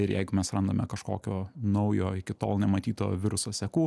ir jeigu mes randame kažkokio naujo iki tol nematyto viruso sekų